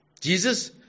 Jesus